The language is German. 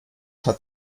hat